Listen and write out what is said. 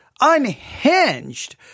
unhinged